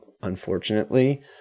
unfortunately